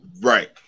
right